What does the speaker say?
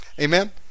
Amen